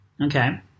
Okay